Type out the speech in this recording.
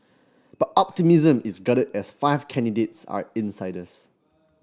but optimism is guarded as five candidates are insiders